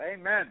Amen